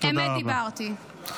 אמת דיברתי.